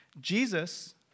Jesus